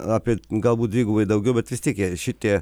apie galbūt dvigubai daugiau bet vis tiek jie šitie